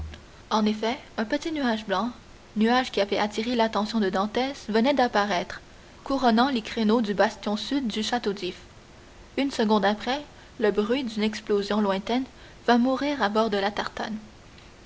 en effet un petit nuage blanc nuage qui avait attiré l'attention de dantès venait d'apparaître couronnant les créneaux du bastion sud du château d'if une seconde après le bruit d'une explosion lointaine vint mourir à bord de la tartane